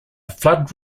flood